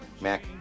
Mac